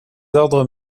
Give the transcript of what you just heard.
ordres